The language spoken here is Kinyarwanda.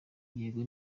yego